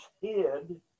hid